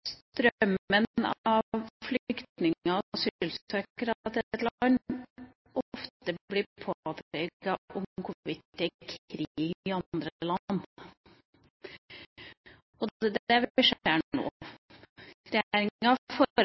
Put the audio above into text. strømmen av flyktninger og asylsøkere til et land ofte blir påvirket av hvorvidt det er krig i andre land, og det er det vi ser nå. Regjeringa